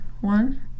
one